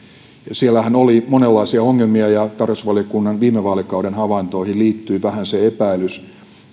siellähän oli monenlaisia ongelmia ja tarkastusvaliokunnan viime vaalikauden havaintoihin liittyy vähän se epäilys